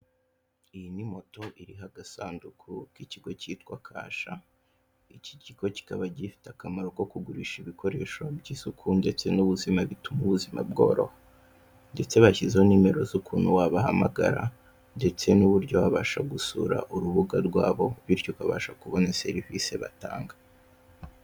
Iyi ni moto iriho agasanduku k'ikigo cyitwa Kasha, iki kigo kikaba gifite akamaro ko kugurisha ibikoresho by'isuku ndetse n'ubuzima, bituma ubuzima bworoha, ndetse bashyizeho nimero z'ukuntu wabahamagara ndetse n'uburyo wabasha gusura urubuga rwabo bityo uba wabasha kubona serivisi batanga.